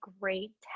great